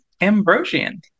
Ambrosian